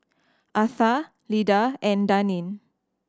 Atha Lyda and Daneen